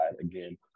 Again